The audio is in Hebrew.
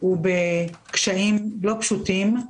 הוא בקשיים לא פשוטים.